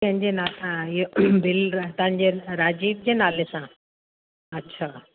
कंहिंजे ना हा इहा बिल तव्हांजे नाले राजीव जे नाले सां अछा